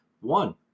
one